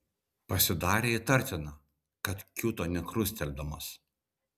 pasidarė įtartina kad kiūto nekrusteldamas